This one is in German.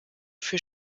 für